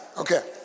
Okay